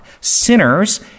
sinners